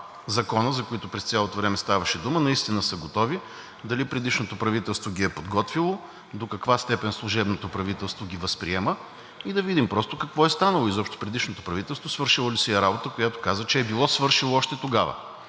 за които през цялото време ставаше дума, наистина са готови? Дали предишното правителство ги е подготвило? До каква степен служебното правителство ги възприема? И да видим какво е станало? Предишното правителство изобщо свършило ли си е работата, която казва, че е било свършило още тогава.